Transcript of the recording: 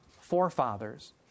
forefathers